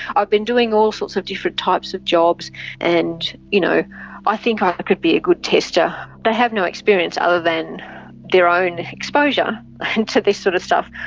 i've been doing all sorts of different types of jobs and you know i think i could be a good tester. they have no experience other than their own exposure to this sort of stuff.